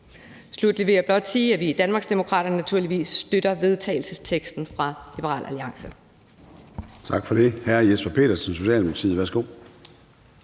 Sluttelig vil jeg blot sige, at vi i Danmarksdemokraterne naturligvis støtter vedtagelsesteksten læst op af Liberal Alliances